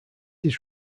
was